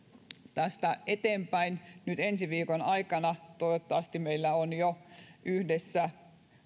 tästä eteenpäin ensi viikon aikana meillä toivottavasti on jo yhdessä